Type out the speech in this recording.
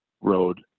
road